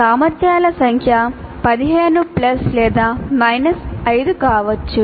సామర్థ్యాల సంఖ్య 15 ప్లస్ లేదా మైనస్ 5 కావచ్చు